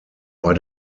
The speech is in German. bei